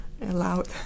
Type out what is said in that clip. allowed